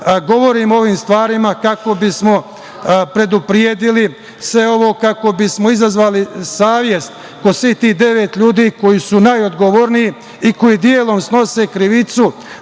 govorimo o ovim stvarima, kako bismo predupredili sve ovo, kako bismo izazvali savest kod svih tih devet ljudi koji su najodgovorniji i koji delom snose krivicu